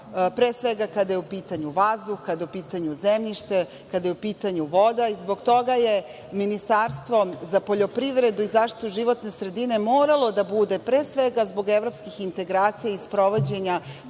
pre svega kada je u pitanju vazduh, kada je u pitanju zemljište, kada je u pitanju voda i zbog toga je Ministarstvo za poljoprivredu i zaštitu životne sredine moralo da bude, pre svega, zbog evropskih integracija i sprovođenja